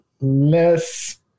less